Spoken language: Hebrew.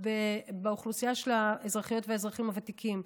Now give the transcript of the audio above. באוכלוסייה של האזרחיות והאזרחים הוותיקים,